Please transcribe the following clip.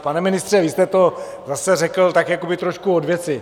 Pane ministře, vy jste to zase řekl tak jakoby trošku od věci.